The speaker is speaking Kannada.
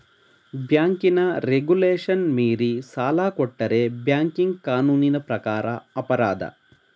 ಬ್ಯಾಂಕಿನ ರೆಗುಲೇಶನ್ ಮೀರಿ ಸಾಲ ಕೊಟ್ಟರೆ ಬ್ಯಾಂಕಿಂಗ್ ಕಾನೂನಿನ ಪ್ರಕಾರ ಅಪರಾಧ